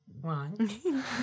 One